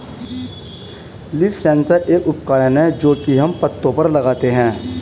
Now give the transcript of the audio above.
leaf sensor एक उपकरण है जो की हम पत्तो पर लगाते है